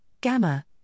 gamma